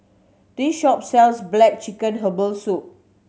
this shop sells black chicken herbal soup